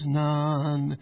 none